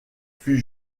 fut